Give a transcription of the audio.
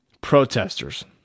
protesters